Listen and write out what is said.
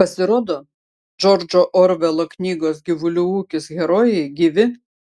pasirodo džordžo orvelo knygos gyvulių ūkis herojai gyvi